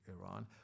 Iran